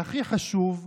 והכי חשוב,